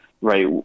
right